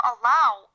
allow